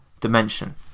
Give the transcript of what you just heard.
dimension